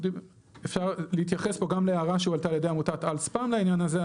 אפשר להתייחס פה גם להערה שהועלתה על ידי "אל ספאם" לעניין הזה.